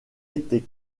été